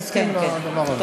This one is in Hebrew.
ואני מסכים לדבר הזה.